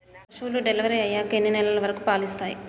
పశువులు డెలివరీ అయ్యాక ఎన్ని నెలల వరకు పాలు ఇస్తాయి?